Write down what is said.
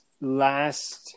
last